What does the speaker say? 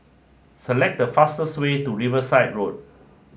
select the fastest way to Riverside Road